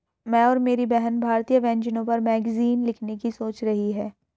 मैं और मेरी बहन भारतीय व्यंजनों पर मैगजीन लिखने की सोच रही है